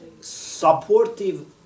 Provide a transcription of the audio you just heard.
supportive